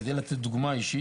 כדי לתת דוגמה אישית